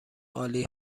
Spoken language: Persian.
عالی